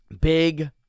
Big